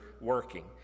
working